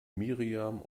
miriam